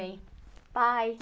me by